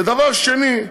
ודבר שני,